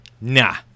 Nah